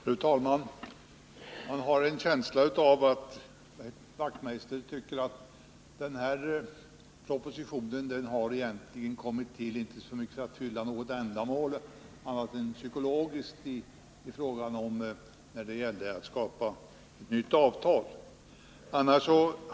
Fru talman! Man har en känsla av att herr Wachtmeister tycker att den här propositionen egentligen har kommit till inte så mycket för att fylla något materiellt syfte utan mer av psykologiska skäl i samband med skapandet av ett nytt avtal.